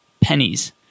pennies